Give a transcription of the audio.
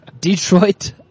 Detroit